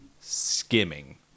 skimming